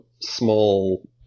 small